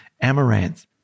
amaranth